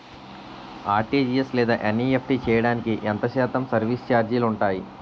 RTGS లేదా NEFT చేయడానికి ఎంత శాతం సర్విస్ ఛార్జీలు ఉంటాయి?